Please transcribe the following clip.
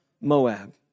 Moab